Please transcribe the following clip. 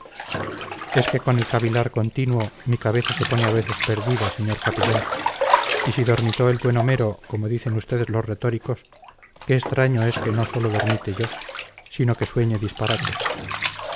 es que con el cavilar continuo mi cabeza se pone a veces perdida señor capellán y si dormitó el buen homero como dicen ustedes los retóricos qué extraño es que no sólo dormite yo sino que sueñe disparates